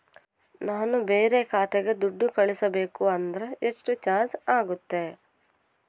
ನಾನು ಬೇರೆ ಖಾತೆಗೆ ದುಡ್ಡು ಕಳಿಸಬೇಕು ಅಂದ್ರ ಎಷ್ಟು ಚಾರ್ಜ್ ಆಗುತ್ತೆ?